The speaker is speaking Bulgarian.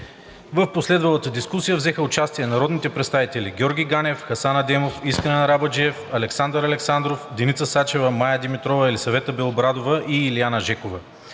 В последвалата дискусия взеха участие народните представители Георги Ганев, Хасан Адемов, Искрен Арабаджиев, Александър Александров, Деница Сачева, Мая Димитрова, Елисавета Белобрадова и Илиана Жекова.